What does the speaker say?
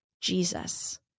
Jesus